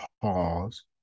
pause